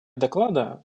доклада